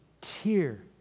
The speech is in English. tear